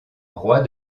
roi